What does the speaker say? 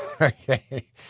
Okay